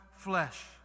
flesh